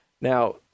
Now